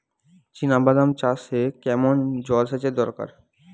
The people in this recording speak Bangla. চিনাবাদাম চাষে কেমন জলসেচের দরকার?